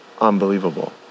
unbelievable